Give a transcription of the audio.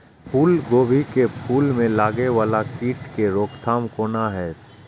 फुल गोभी के फुल में लागे वाला कीट के रोकथाम कौना हैत?